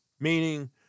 Meaning